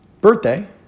Birthday